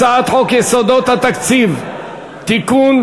הצעת חוק יסודות התקציב (תיקון,